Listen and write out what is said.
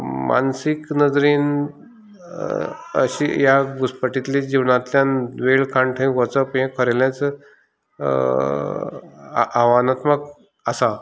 मानसीक नजरेन अशी ह्या घुसपट्टीतल्या जिवनांतल्यान वेळ काण्ण थंय वचप हे खरेलेंच आ आव्हानात्मक आसा